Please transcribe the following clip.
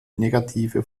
negative